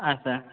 ಆಂ sir